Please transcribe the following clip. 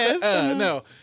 No